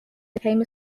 became